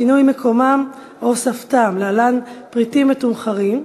שינוי מיקומם או הוספתם, להלן: פריטים מתומחרים.